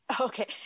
Okay